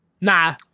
Nah